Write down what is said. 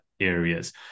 areas